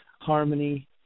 harmony